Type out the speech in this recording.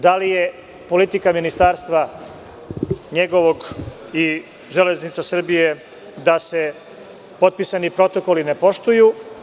Da li je politika njegovog ministarstva i „Železnica Srbije“ da se potpisani protokoli ne poštuju?